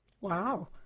Wow